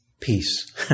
Peace